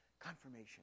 confirmation